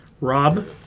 Rob